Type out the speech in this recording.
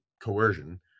coercion